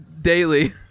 daily